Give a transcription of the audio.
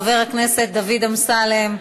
חבר הכנסת דוד אמסלם,